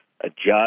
adjust